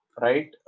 Right